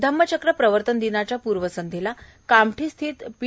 धम्मचक्र प्रवर्तन दिनाच्या पूर्वसंध्येला कामठी रोड स्थित पी